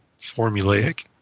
formulaic